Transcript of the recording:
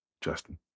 Justin